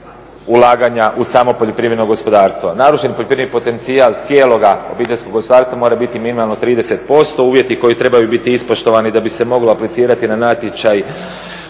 ulaganja u samo poljoprivredno gospodarstvo. Narušen poljoprivredni potencijal cijeloga obiteljskog gospodarstva mora biti minimalno 30%, uvjeti koji trebaju biti ispoštovani da bi se moglo aplicirati na natječaj